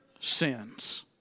sins